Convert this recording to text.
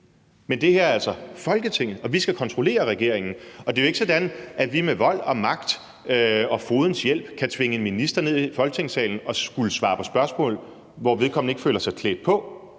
Men det her er altså Folketinget, og vi skal kontrollere regeringen. Og det er jo ikke sådan, at vi med vold og magt og fogedens hjælp kan tvinge en minister ned i Folketingssalen for at skulle svare på spørgsmål, hvor vedkommende ikke føler sig klædt på.